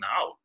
now